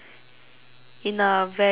in a very